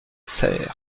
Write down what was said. serres